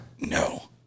no